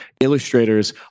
illustrators